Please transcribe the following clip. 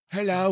Hello